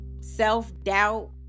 self-doubt